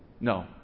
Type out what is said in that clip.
No